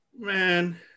Man